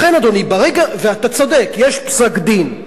ואתה צודק, יש פסק-דין.